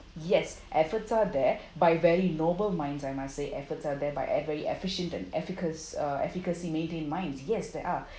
yes efforts are by very noble minds I must say efforts are there by e~ very efficient and effica~ uh efficacy made in minds yes there are